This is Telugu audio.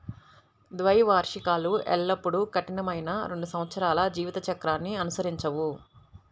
ద్వైవార్షికాలు ఎల్లప్పుడూ కఠినమైన రెండు సంవత్సరాల జీవిత చక్రాన్ని అనుసరించవు